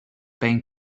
being